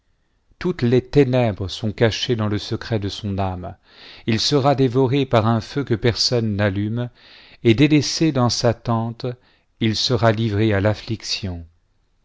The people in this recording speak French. toutes les ténèbres sont cachées dans le secret de son âme il sera dévoré par un feu que personne n'allume et délaissé dans sa tente il sera livré à l'affliction